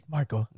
Marco